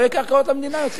לא יהיה קרקעות למדינה יותר.